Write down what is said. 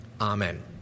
Amen